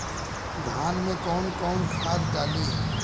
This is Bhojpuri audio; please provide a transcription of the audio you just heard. धान में कौन कौनखाद डाली?